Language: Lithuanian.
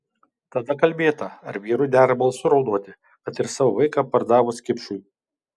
tada kalbėta ar vyrui dera balsu raudoti kad ir savo vaiką pardavus kipšui